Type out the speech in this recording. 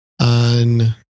on